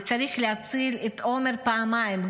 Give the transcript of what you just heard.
וצריך להציל את עומר פעמיים,